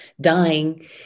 dying